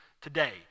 today